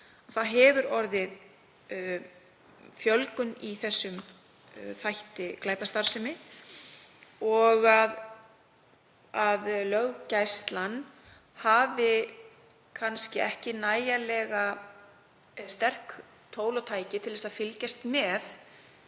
orðið hefur fjölgun í þessum þætti glæpastarfsemi og að löggæslan hefur kannski ekki nægilega sterk tól og tæki til að fylgjast með